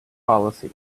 policy